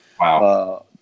Wow